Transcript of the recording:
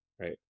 Right